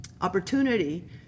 opportunity